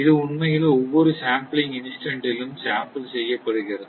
இது உண்மையில் ஒவ்வொரு சாம்ப்ளிங் இன்ஸ்டன்ட் லும் சாம்பிள் படுகிறது